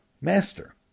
Master